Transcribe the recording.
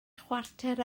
chwarter